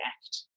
act